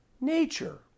nature